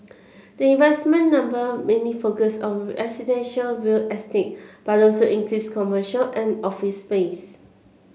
the investment number mainly focus on residential real estate but also includes commercial and office space